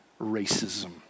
racism